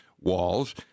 walls